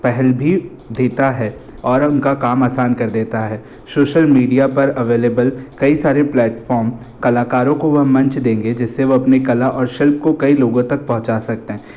पहल भी देता है और उन का काम आसान कर देता है शोशल मीडिया पर अवेलेबल कई सारे प्लेटफ़ोम कलाकारों को वह मंच देंगे जिस से वह अपनी कला और शिल्प को कई लोगों तक पहुंचा सकते हैं